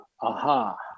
aha